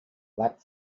black